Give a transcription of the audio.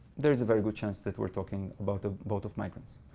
there's a very good chance that we're talking about a lot of migrants.